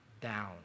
down